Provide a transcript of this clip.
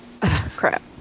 crap